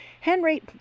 Henry